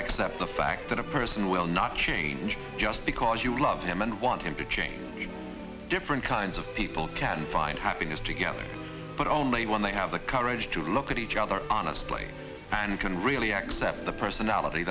accept the fact that a person will not change just because you love him and want him to change different kinds of people can find happiness together but only when they have the courage to look at each other honestly and can really accept the personality